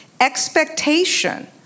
expectation